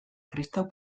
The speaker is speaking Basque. kristau